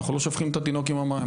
אנחנו לא שופכים את התינוק עם המים.